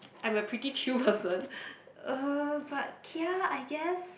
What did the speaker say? I'm a pretty chill person uh but kia I guess